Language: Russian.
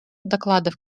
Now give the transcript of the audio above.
докладов